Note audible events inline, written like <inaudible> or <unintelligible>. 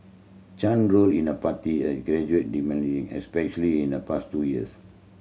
Chen role in a party <unintelligible> gradually <unintelligible> especially in the past two years